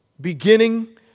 beginning